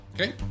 Okay